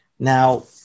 Now